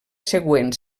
següent